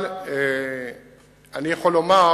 אבל אני יכול לומר